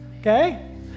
Okay